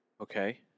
Okay